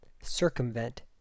Circumvent